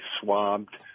swabbed